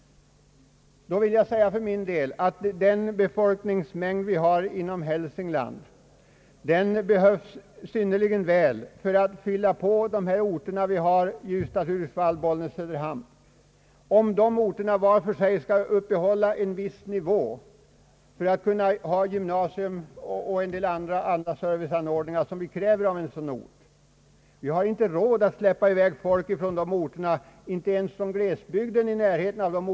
Den befolkning som finns i de övriga orterna med deras omland behövs emellertid synnerligen väl för att de skall kunna behålla den befolkningsmängd som erfordras för gymnasium och en del andra serviceanordningar. Vi har inte råd att släppa i väg folk från de orterna, inte ens från glesbygder i närheten av dem.